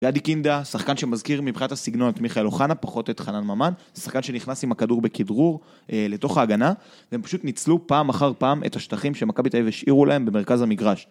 גדי קינדה, שחקן שמזכיר מבחינת הסגנון את מיכאל אוחנה, פחות את חנן ממן. זה שחקן שנכנס עם הכדור בכדרור לתוך ההגנה, והם פשוט ניצלו פעם אחר פעם את השטחים שמכבי תל-אביב השאירו להם במרכז המגרש.